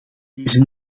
deze